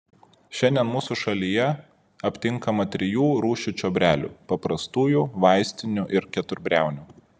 šiandien mūsų šalyje aptinkama trijų rūšių čiobrelių paprastųjų vaistinių ir keturbriaunių